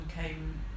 came